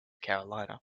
carolina